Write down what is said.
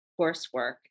coursework